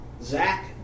Zach